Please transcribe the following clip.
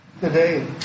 today